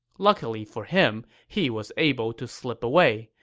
luckily for him, he was able to slip away,